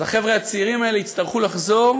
אז החבר'ה הצעירים האלה יצטרכו לחזור